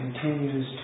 continues